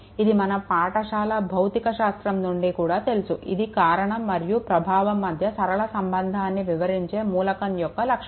ఇది మన పాఠశాల భౌతికశాస్త్రం నుండి కూడా తెలుసు ఇది కారణం మరియు ప్రభావం మధ్య సరళ సంబంధాన్ని వివరించే మూలకం యొక్క లక్షణం